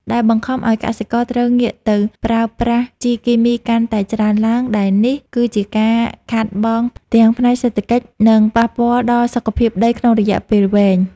ដែលបង្ខំឱ្យកសិករត្រូវងាកទៅប្រើប្រាស់ជីគីមីកាន់តែច្រើនឡើង ដែលនេះគឺជាការខាតបង់ទាំងផ្នែកសេដ្ឋកិច្ច និងប៉ះពាល់ដល់សុខភាពដីក្នុងរយៈពេលវែង។